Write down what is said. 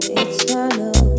eternal